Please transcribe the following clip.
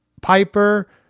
Piper